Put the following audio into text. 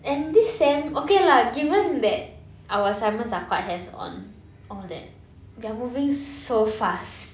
and this sem okay lah given that our assignments are quite hands-on all that we're moving so fast